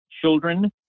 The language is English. children